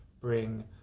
bring